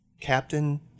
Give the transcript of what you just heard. Captain